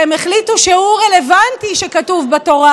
שהם החליטו שהוא רלוונטי שכתוב בתורה,